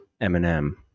Eminem